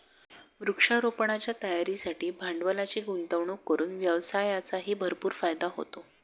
वृक्षारोपणाच्या तयारीसाठी भांडवलाची गुंतवणूक करून व्यवसायाचाही भरपूर फायदा होतो